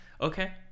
okay